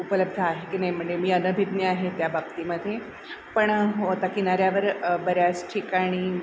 उपलब्ध आहे की नाही म्हणजे मी अनभिज्ञ आहे त्या बाबतीमध्ये पण हो आता किनाऱ्यावर बऱ्याच ठिकाणी